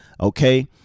Okay